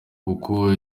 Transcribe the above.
kuko